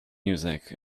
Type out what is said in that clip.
music